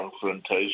confrontation